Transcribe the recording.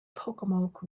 pocomoke